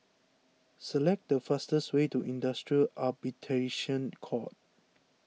select the fastest way to Industrial Arbitration Court